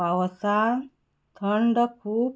पावस थंड खूब